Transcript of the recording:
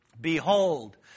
Behold